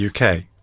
UK